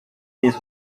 this